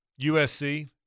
USC